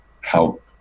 help